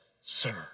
sir